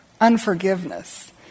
unforgiveness